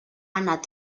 anat